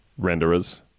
renderers